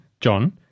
John